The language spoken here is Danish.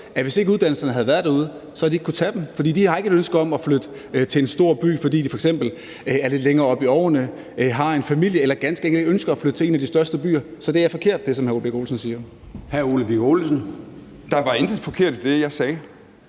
at hvis ikke uddannelserne havde været derude, havde de ikke kunne tage dem, for de har ikke et ønske om at flytte til en stor by, fordi de f.eks. er lidt længere op i årene, har en familie eller ganske enkelt ikke ønsker at flytte til en af de største byer. Så det, som hr. Ole Birk Olesen siger, er forkert. Kl. 12:55 Formanden (Søren Gade): Hr. Ole